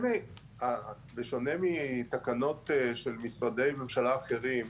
בשונה מתקנות של משרדי ממשלה אחרים,